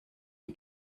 you